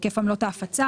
היקף עמלות ההפצה